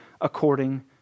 according